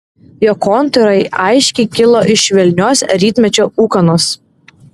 jo kontūrai aiškiai kilo iš švelnios rytmečio ūkanos